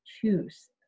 choose